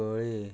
खळी